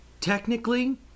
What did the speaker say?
Technically